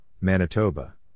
Manitoba